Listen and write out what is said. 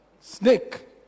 Snake